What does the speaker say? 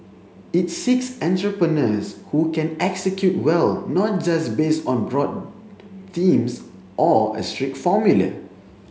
it seeks entrepreneurs who can execute well not just based on broad themes or a strict formula